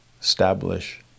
establish